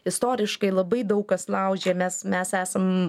istoriškai labai daug kas laužė mes mes esam